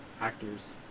actors